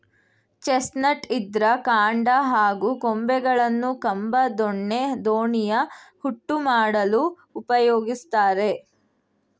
chestnut ಇದ್ರ ಕಾಂಡ ಹಾಗೂ ಕೊಂಬೆಗಳನ್ನು ಕಂಬ ದೊಣ್ಣೆ ದೋಣಿಯ ಹುಟ್ಟು ಮಾಡಲು ಉಪಯೋಗಿಸ್ತಾರೆ